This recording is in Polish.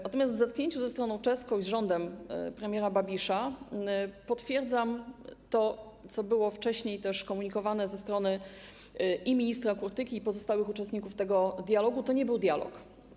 Natomiast w zetknięciu ze stroną czeską i rządem premiera Babisza potwierdzam to, co było wcześniej też komunikowane ze strony i ministra Kurtyki, i pozostałych uczestników tego dialogu: to nie był dialog.